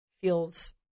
feels